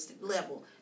level